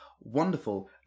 wonderful